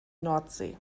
nordsee